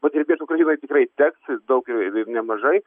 padirbėt ukrainai tikrai teks daug ir ir nemažai